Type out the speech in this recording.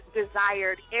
desired